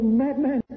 madman